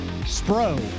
Spro